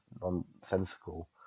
nonsensical